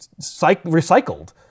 recycled